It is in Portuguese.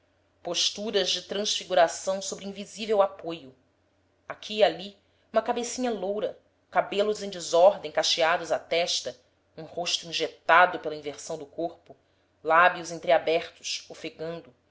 posturas de transfiguração sobre invisível apoio aqui e ali uma cabecinha loura cabelos em desordem cacheados à testa um rosto injetado pela inversão do corpo lábios entreabertos ofegando